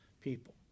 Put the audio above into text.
people